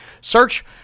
Search